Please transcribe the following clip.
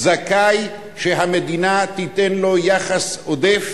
זכאי שהמדינה תיתן לו יחס עודף,